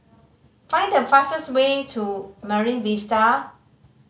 find the fastest way to Marine Vista